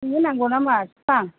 नोंनो नांगौ नामा बिफां